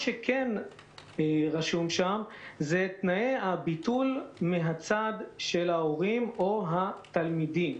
כתובים שם תנאי הביטול מהצד של ההורים או התלמידים.